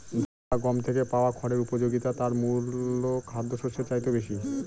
ধান বা গম থেকে পাওয়া খড়ের উপযোগিতা তার মূল খাদ্যশস্যের চাইতেও বেশি